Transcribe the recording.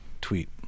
tweet